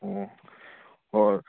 ꯑꯣ ꯍꯣꯏ ꯍꯣꯏ